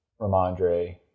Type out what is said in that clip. Ramondre